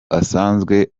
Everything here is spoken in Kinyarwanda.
asanzwe